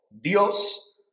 Dios